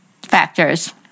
factors